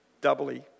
Doubly